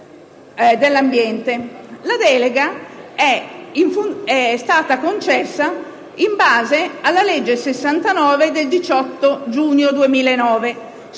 La delega è stata concessa in base alla legge 18 giugno 2009,